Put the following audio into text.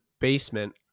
basement